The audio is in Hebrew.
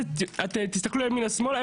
תסתכלו ימינה ושמאלה,